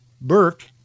Burke